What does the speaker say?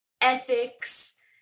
ethics